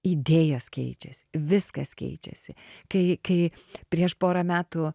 idėjos keičiasi viskas keičiasi kai kai prieš porą metų